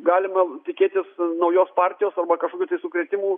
galima tikėtis naujos partijos arba kažkokių sukrėtimų